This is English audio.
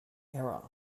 error